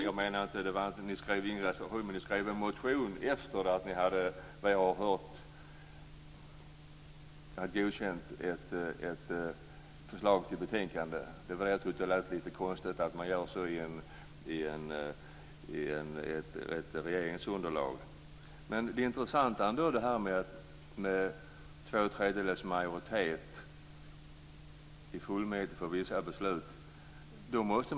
Fru talman! Ni skrev ingen reservation, men ni skrev en motion efter det att ni hade godkänt ett förslag till ett betänkande. Jag tyckte att det var lite konstigt att man gör så om man ingår i ett regeringsunderlag. Det intressanta är ändå förslaget om två tredjedels majoritet i fullmäktige för vissa beslut.